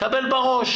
יקבל בראש